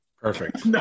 Perfect